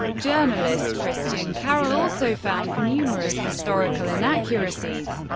journalist christian caryl also found numerous historical inaccuracies,